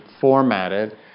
formatted